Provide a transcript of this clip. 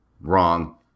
wrong